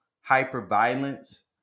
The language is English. hyper-violence